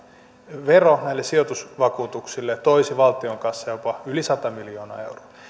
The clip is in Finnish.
vero näille sijoitusvakuutuksille toisi valtion kassaan jopa yli sata miljoonaa euroa